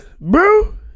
Bro